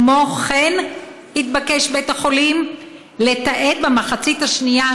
כמו כן התבקש בית החולים לתעד במחצית השנייה